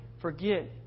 forget